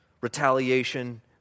retaliation